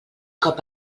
cop